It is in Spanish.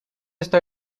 esta